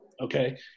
Okay